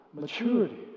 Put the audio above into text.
maturity